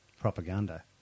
propaganda